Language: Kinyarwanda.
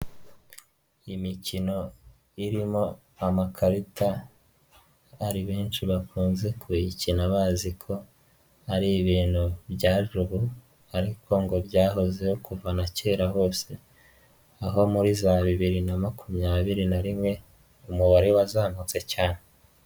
Iyi imikino irimo amakarita, hari benshi bakunze kuyikina bazi ko ari ibintu byaje ubu ariko ngo byahozeho kuva na kera hose, aho muri za bibiri na makumyabiri na rimwe, umubare wazamutse cyane.